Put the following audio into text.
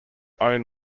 own